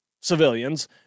civilians